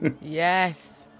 yes